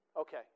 Okay